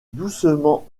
doucement